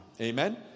Amen